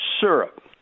syrup